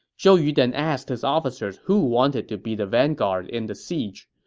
zhou yu then asked his officers who wanted to be the vanguard in the siege,